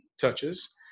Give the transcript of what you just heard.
touches